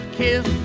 kiss